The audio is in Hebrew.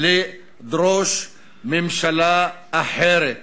לדרוש ממשלה אחרת.